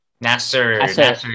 Nasser